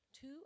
Two